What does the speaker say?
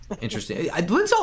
Interesting